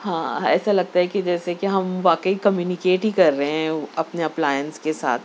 ہاں ایسا لگتا ہے کہ جیسے کہ ہم واقعی کمیونکیٹ ہی کر رہے ہیں اپنے اپلائنس کے ساتھ